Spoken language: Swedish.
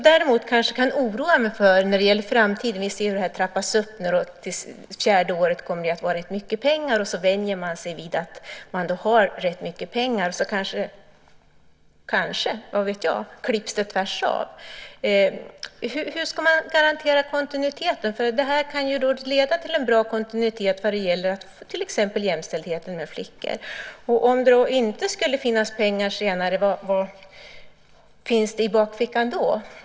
Däremot oroar jag mig för en sak när det gäller framtiden. Vi ser ju hur det hela trappas upp, och det fjärde året kommer det att vara rätt mycket pengar. Då vänjer man sig vid att ha mycket pengar, och sedan kanske - vad vet jag - det klipps tvärs av. Hur ska man garantera kontinuiteten? Detta kan ju leda till en bra kontinuitet när det till exempel gäller jämställdheten för flickor. Vad finns det i bakfickan om det inte skulle finnas pengar senare?